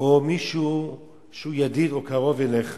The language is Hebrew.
או מישהו שהוא ידיד או קרוב אליך